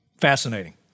Fascinating